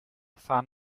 fan